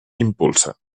impulsa